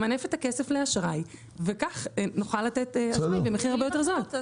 למנף את הכסף לאשראי וכך נוכל לתת אשראי במחיר הרבה יותר זול.